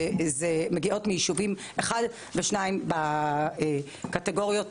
מגיעות מיישובים אחד ושניים בקטגוריות